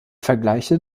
vergleiche